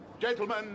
gentlemen